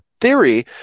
theory